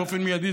באופן מיידי,